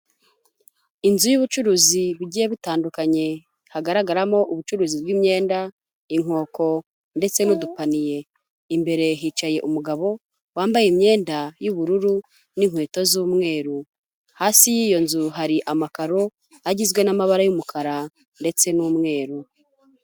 Inzu y'ubucuruzi bugiye butandukanye hagaragaramo ubucuruzi bw'imyenda, inkoko ndetse n'udupaniye. Imbere hicaye umugabo wambaye imyenda y'ubururu n'inkweto z'umweru, hasi y'iyo nzu hari amakaro agizwe n'amabara y'umukara ndetse n'umweru.